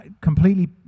completely